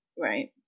Right